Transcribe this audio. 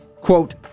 Quote